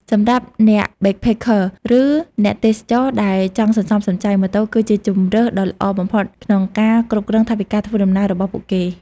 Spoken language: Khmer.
សម្រាប់អ្នកបេកផេកខឺ ឬអ្នកទេសចរណ៍ដែលចង់សន្សំសំចៃ ម៉ូតូគឺជាជម្រើសដ៏ល្អបំផុតក្នុងការគ្រប់គ្រងថវិកាធ្វើដំណើររបស់ពួកគេ។